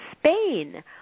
Spain